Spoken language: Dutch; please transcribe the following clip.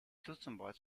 toetsenbord